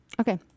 okay